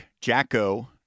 Jacko